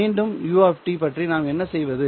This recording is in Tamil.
மீண்டும் உட் டி பற்றி நாம் என்ன செய்வது